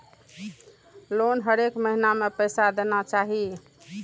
Loan हरेक महीना में पैसा देना चाहि?